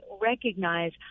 recognize